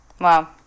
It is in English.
wow